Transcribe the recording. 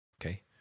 Okay